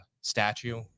statue